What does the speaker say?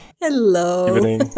Hello